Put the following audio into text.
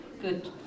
Good